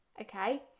Okay